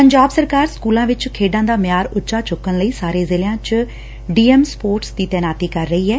ਪੰਜਾਬ ਸਰਕਾਰ ਸਕੁਲਾਂ ਵਿੱਚ ਖੇਡਾਂ ਦਾ ਮਿਆਰ ਉੱਚਾ ਚੁੱਕਣ ਲਈ ਸਾਰੇ ਜ਼ਿਲੁਿਆਂ ਵਿੱਚ ਡੀਐਮ ਸਪੋਰਟਸ ਦੀ ਤਾਇਨਾਤੀ ਕਰ ਰਹੀ ਏ